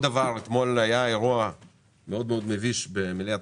אתמול היה אירוע מאוד מביש במליאת